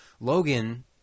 Logan